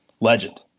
legend